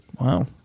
Wow